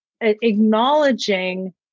acknowledging